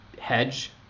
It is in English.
hedge